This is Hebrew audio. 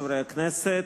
חברי הכנסת,